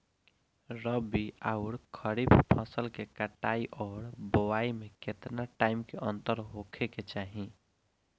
रबी आउर खरीफ फसल के कटाई और बोआई मे केतना टाइम के अंतर होखे के चाही?